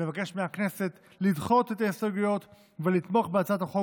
נבקש מהכנסת לדחות את ההסתייגויות ולתמוך בהצעת החוק